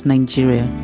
Nigeria